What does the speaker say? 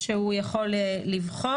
-- שהוא יכול לבחור.